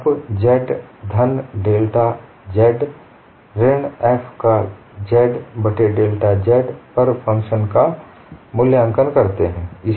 आप z धन delta z ऋण f का z बट्टे डेल्टा z पर फंक्शन का मूल्यांकन करते हैं